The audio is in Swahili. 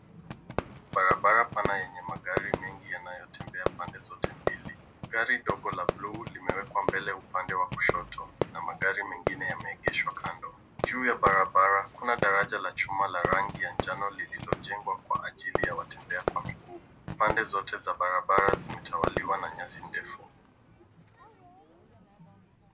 Barabara pana yenye magari mengi yanayotembea pande zote mbili. Gari dogo la buluu limewekwa mbele upande wa kushoto na magari mengine yameegeshwa kando. Juu ya barabara, kuna daraja la chuma la rangi ya njano lililojengwa kwa ajili ya watembea kwa miguu. Pande zote za barabara zimetawaliwa na nyasi ndefu.